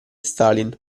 stalin